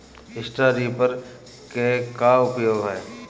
Straw reaper क का उपयोग ह?